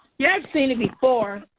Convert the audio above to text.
yeah i've seen it before.